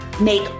make